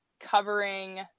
covering